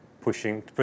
pushing